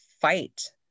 fight